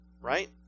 Right